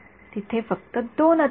तिथे फक्त दोन अज्ञात आहेत